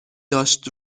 داشت